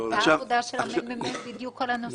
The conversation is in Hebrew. הייתה עבודה של מרכז המחקר והמידע בדיוק על הנושא הזה.